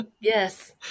Yes